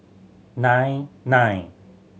nine nine